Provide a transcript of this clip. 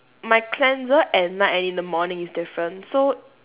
my cleanser at night and in the morning is different so